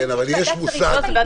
זה ועדת שרים.